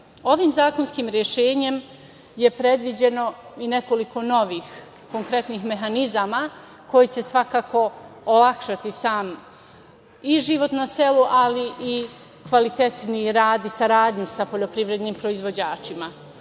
selu. Ovim zakonskim rešenjem predviđeno je i nekoliko novih konkretnih mehanizama koji će svakako olakšati sam i život na selu, ali i kvalitetniji rad i saradnju sa poljoprivrednim proizvođačima.